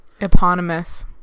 Eponymous